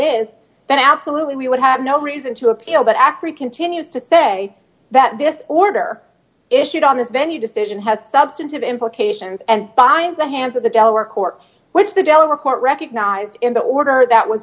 then absolutely we would have no reason to appeal but actually continues to say that this order issued on this venue decision has substantive implications and binds the hands of the delaware court which the dell report recognized in the order that w